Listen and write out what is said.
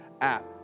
app